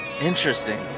Interesting